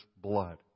blood